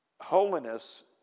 holiness